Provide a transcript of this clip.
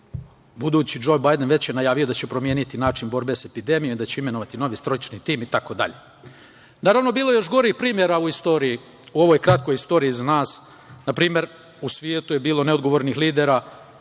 Džo Bajden već je najavio da će promeniti način borbe sa epidemijom, da će imenovati novi stručni tim itd. Naravno, bilo je još gorih primera u ovoj kratkoj istoriji iza nas. Na primer, u svetu je bilo neodgovornih lidera,